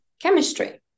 chemistry